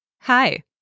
Hi